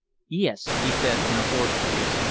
yes, he said in a hoarse voice,